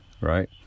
right